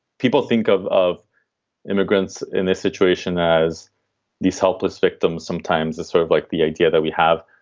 people think of of immigrants in this situation as these helpless victims, sometimes a sort of like the idea that we have.